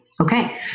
Okay